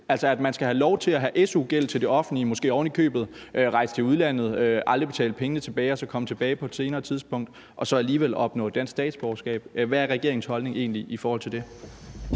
altså at man skal have lov til at have su-gæld til det offentlige og måske ovenikøbet rejse til udlandet, aldrig betale pengene tilbage og så komme tilbage på et senere tidspunkt og alligevel opnå dansk statsborgerskab? Hvad er regeringens holdning egentlig i forhold til det?